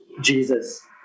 Jesus